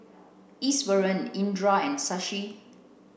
Iswaran Indira and Shashi